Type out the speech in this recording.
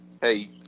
hey